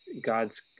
God's